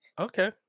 Okay